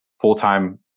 Full-time